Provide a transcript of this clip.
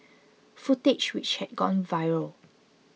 footage which had gone viral